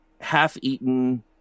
half-eaten